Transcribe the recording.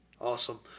Awesome